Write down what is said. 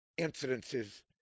incidences